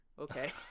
Okay